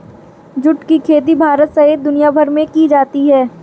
जुट की खेती भारत सहित दुनियाभर में की जाती है